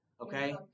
Okay